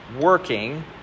working